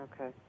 Okay